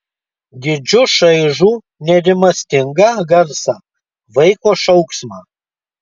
girdžiu šaižų nerimastingą garsą vaiko šauksmą